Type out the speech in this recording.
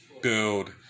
Build